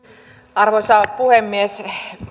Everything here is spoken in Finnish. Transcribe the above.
arvoisa puhemies